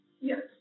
Yes